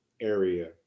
area